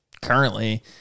currently